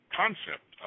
concept